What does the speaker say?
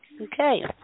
Okay